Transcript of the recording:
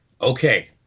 Okay